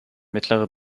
mittlere